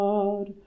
God